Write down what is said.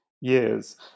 years